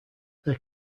their